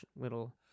little